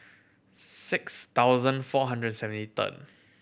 six thousand four hundred and seventy third